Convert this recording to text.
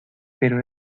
pero